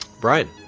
Brian